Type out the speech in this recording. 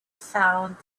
found